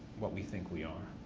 what we think we are.